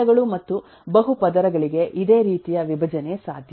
ಕಾಂಡಗಳು ಮತ್ತು ಬಹು ಪದರಗಳಿಗೆ ಇದೇ ರೀತಿಯ ವಿಭಜನೆ ಸಾಧ್ಯ